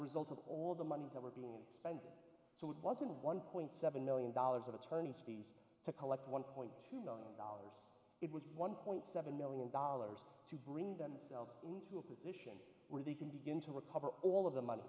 result of all the money that were being spent so it wasn't one point seven million dollars of attorney's fees to collect one point two million dollars it was one point seven million dollars to bring themselves in where they can begin to recover all of the money